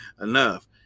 enough